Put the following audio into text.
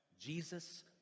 Jesus